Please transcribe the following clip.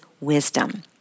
wisdom